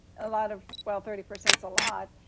a lot of well, thirty percent is a lot.